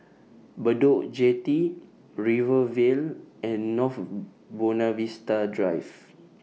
Bedok Jetty Rivervale and North Buona Vista Drive